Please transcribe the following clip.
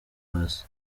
passy